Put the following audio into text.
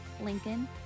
Lincoln